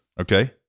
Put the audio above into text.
Okay